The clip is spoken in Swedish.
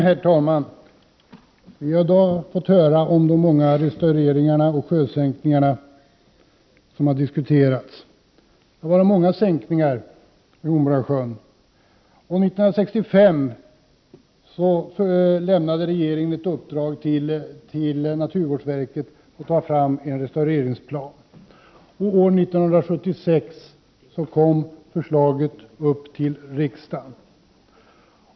Herr talman! Vi har i dag hört anföranden om restaureringar och sänkningar av Hornborgasjön. Det har gjorts många sänkningar av Hornborgasjön. 1965 gav regeringen naturvårdsverket i uppdrag att ta fram en restaureringsplan, och 1976 kom förslaget till riksdagen.